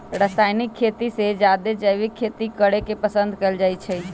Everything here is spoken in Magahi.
रासायनिक खेती से जादे जैविक खेती करे के पसंद कएल जाई छई